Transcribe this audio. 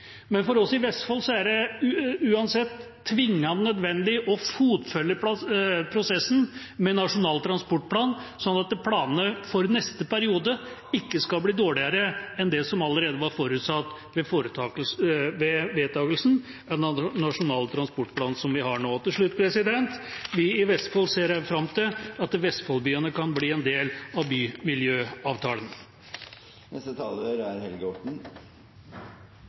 men for oss i Vestfold er det uansett tvingende nødvendig å fotfølge prosessen med Nasjonal transportplan, slik at planene for neste periode ikke skal bli dårligere enn det som allerede var forutsatt da Nasjonal transportplan som gjelder nå, ble vedtatt. Til slutt: Vi i Vestfold ser også fram til at Vestfold-byene kan bli en del av